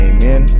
Amen